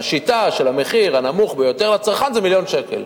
השיטה של המחיר הנמוך ביותר לצרכן זה מיליון שקל,